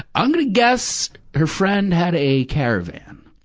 i'm gonna guess her friend had a caravan.